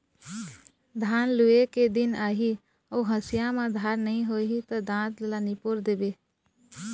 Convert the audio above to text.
धान लूए के दिन आही अउ हँसिया म धार नइ रही त दाँत ल निपोर देबे